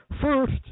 First